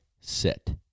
sit